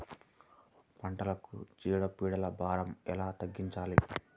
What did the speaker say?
పంటలకు చీడ పీడల భారం ఎలా తగ్గించాలి?